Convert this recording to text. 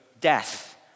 death